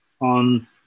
on